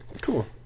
Cool